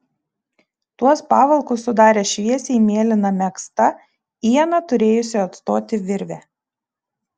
tuos pavalkus sudarė šviesiai mėlyna megzta ieną turėjusi atstoti virvė